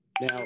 Now